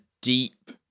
deep